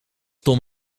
tom